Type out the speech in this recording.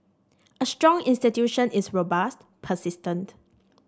a strong institution is robust persistent